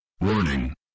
Warning